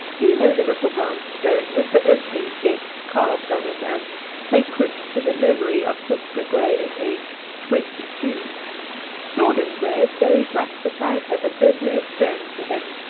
you know the little brown stone with the opening gates carved on it and sacred to the memory of hester gray, aged twenty-two jordan gray is buried right beside her but there's no stone to him.